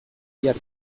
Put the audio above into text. bihar